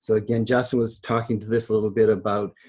so again, justin was talking to this a little bit about,